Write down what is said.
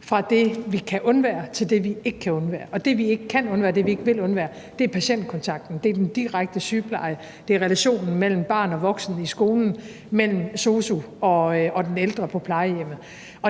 fra det, vi kan undvære, til det, vi ikke kan undvære, og det, vi ikke kan undvære, det, vi ikke vil undvære, er patientkontakten, det er den direkte sygepleje, det er relationen mellem barn og voksen i skolen, mellem sosu og den ældre på plejehjemmet.